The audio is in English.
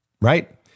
right